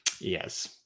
Yes